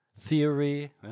theory